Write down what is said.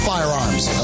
Firearms